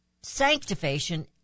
Sanctification